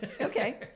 Okay